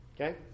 Okay